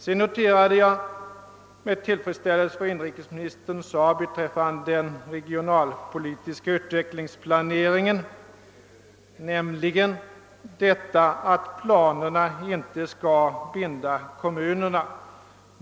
Jag noterade med tillfredsställelse vad inrikesministern sade beträffande den regionalpolitiska utvecklingsplaneringen, nämligen att planerna inte skall binda kommunerna.